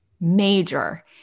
major